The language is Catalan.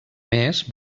més